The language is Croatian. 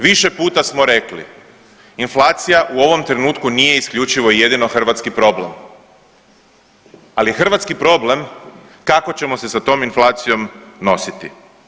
Više puta smo rekli inflacija u ovom trenutku nije isključivo i jedino hrvatski problem, ali hrvatski problem kako ćemo se sa tom inflacijom nositi.